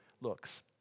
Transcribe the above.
looks